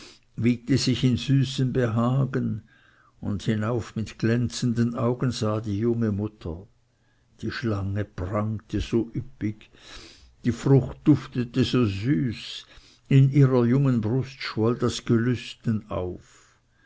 wiegte sich in süßem behagen und hinauf mit glänzenden augen sah die junge mutter die schlange prangte so üppig die frucht duftete so süß in ihrer jungen brust schwoll das gelüsten auf